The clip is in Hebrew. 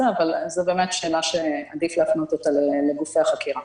אבל זו באמת שאלה שעדיף להפנות לגופי החקירה.